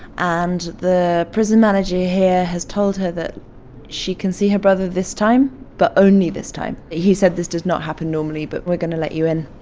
and the prison manager here has told her that she can see her brother this time but only this time. he said this does not happen normally, but we're going to let you in.